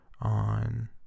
on